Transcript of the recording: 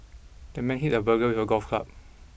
the man hit the burglar with a golf club